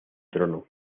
trono